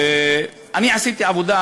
אני עשיתי עבודה,